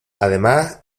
además